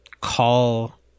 call